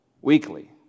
weekly